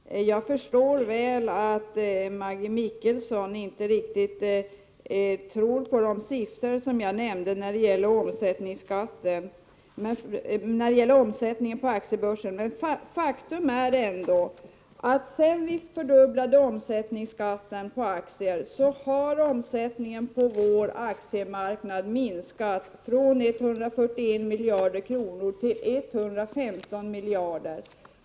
Herr talman! Jag förstår mycket väl att Maggi Mikaelsson inte riktigt tror på de siffror som jag nämnde i fråga om omsättningen på aktiebörsen, men faktum är att sedan man fördubblade omsättningsskatten på aktier så har omsättningen på vår aktiemarknad minskat från 141 miljarder kronor till 115 miljarder kronor.